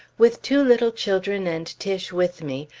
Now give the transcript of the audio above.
with two little children and tiche with me,